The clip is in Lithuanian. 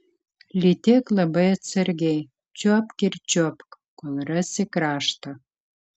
lytėk labai atsargiai čiuopk ir čiuopk kol rasi kraštą